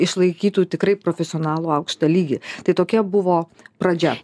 išlaikytų tikrai profesionalų aukštą lygį tai tokia buvo pradžia